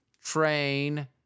train